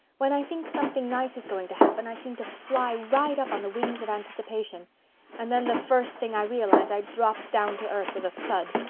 when i think something nice is going to happen i seem to fly right up on the wings of anticipation and then the first thing i realize i drop down to earth with a thud.